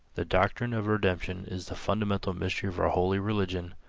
the doctrine of redemption is the fundamental mystery of our holy religion,